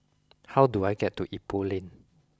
how do I get to Ipoh Lane